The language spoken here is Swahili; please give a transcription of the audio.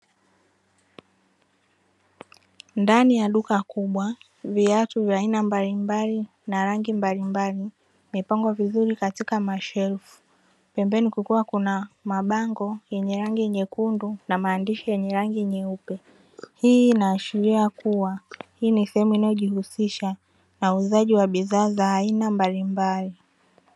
Ndani ya duka kubwa, viatu vya aina mbalimbali vimepangwa vizuri katika mashelfu, pembeni kukiwa kuna mabango yenye rangi nyekundu na maandishi yenye rangi nyeupe. Hii inaashiria kuwa hii ni sehemu inayojihusisha na uuzaji wa bidhaa za aina mbalimbali.